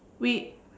we